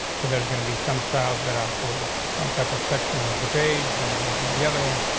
so there's gonna be some styles that are for some type of section of the page. then there's gonna be other ones.